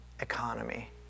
economy